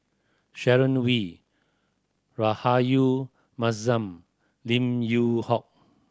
Sharon Wee Rahayu Mahzam Lim Yew Hock